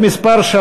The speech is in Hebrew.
של